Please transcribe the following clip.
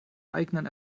eigenen